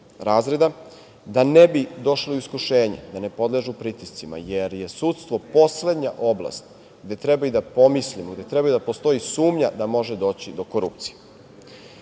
da ne bi došli u iskušenje da ne podležu pritiscima, jer je sudstvo poslednja oblast gde treba da pomislimo, gde treba da postoji sumnja da može doći do korupcije. Nikada